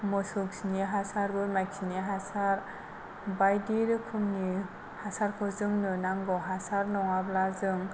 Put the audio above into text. मोसौ खिनि हासार बोरमा खिनि हासार बायदि रोखोमनि हासारखौ जोंनो नांगौ हासार नङाब्ला जों